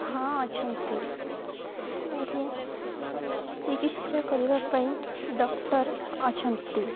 ହଁ ଅଛନ୍ତି ଏଇଠି ଚିକିତ୍ସା କରିବା ପାଇଁ ଡକ୍ଟର ଅଛନ୍ତି